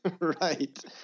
Right